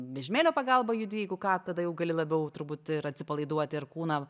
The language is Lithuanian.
vežimėlio pagalba judi jeigu ką tada jau gali labiau turbūt ir atsipalaiduoti ir kūną